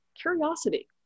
curiosity